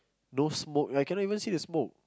no smoke I cannot even see the smoke